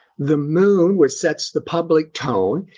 the moon, which sets the public tone,